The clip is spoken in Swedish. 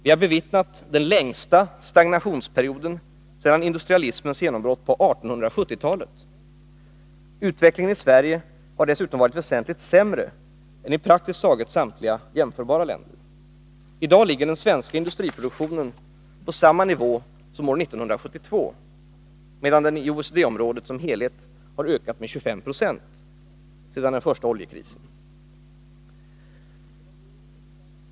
Vi har bevittnat den längsta stagnationsperioden sedan industrialismens genombrott på 1870-talet. Utvecklingen i Sverige har dessutom varit väsentligt sämre än i praktiskt taget samtliga jämförbara länder. I dag ligger den svenska industriproduktionen på samma nivå som 1972, medan den i OECD-området som helhet har ökat med 25 90 sedan den första oljekrisen.